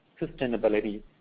sustainability